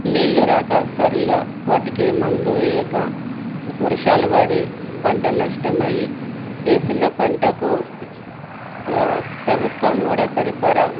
నీళ్ళు రాక సరిగా వాటికి మందు వేయక వర్షాలు పడి పంట నష్టమై వేసిన పంటకు ప్రభుత్వం కూడా సరిపరా